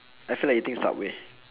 I feel like eating subway